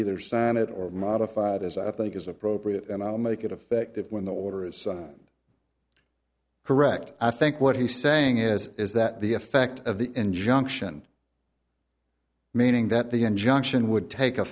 it or modified as i think is appropriate and i'll make it effective when the order is correct i think what he's saying is is that the effect of the injunction meaning that the injunction would take